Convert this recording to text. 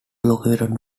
located